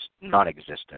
non-existent